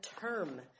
term